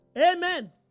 Amen